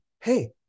Hey